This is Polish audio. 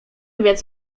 więc